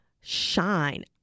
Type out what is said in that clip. shine